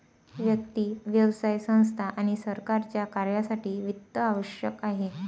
व्यक्ती, व्यवसाय संस्था आणि सरकारच्या कार्यासाठी वित्त आवश्यक आहे